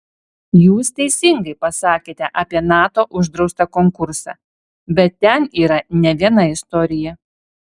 jūs teisingai pasakėte apie nato uždraustą konkursą bet ten yra ne viena istorija